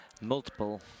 Multiple